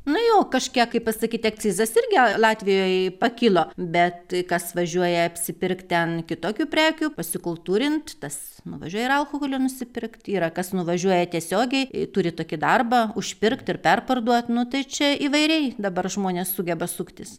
nu jo kažkiek kaip pasakyti akcizas irgi latvijoj pakilo bet kas važiuoja apsipirkt ten kitokių prekių pasikultūrint tas nuvažiuoja ir alkoholio nusipirkt yra kas nuvažiuoja tiesiogiai turi tokį darbą užpirkt ir perparduot nu tai čia įvairiai dabar žmonės sugeba suktis